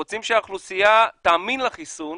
אנחנו רוצים שהאוכלוסייה תאמין לחיסון,